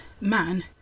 man